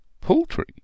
poultry